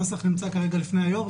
הנוסח נמצא לפני היו"ר.